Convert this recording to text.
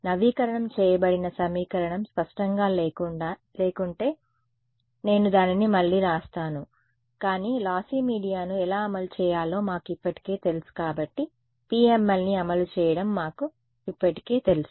నవీకరణం చేయబడిన సమీకరణం స్పష్టంగా లేకుంటే నేను దానిని మళ్లీ వ్రాస్తాను కానీ లాస్సి మీడియాను ఎలా అమలు చేయాలో మాకు ఇప్పటికే తెలుసు కాబట్టి PMLని అమలు చేయడం మాకు ఇప్పటికే తెలుసు